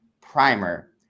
Primer